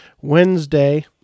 Wednesday